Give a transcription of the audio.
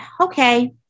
okay